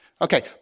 Okay